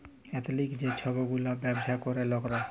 এথলিক যে ছব গুলা ব্যাবছা ক্যরে লকরা